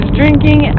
drinking